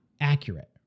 accurate